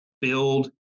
build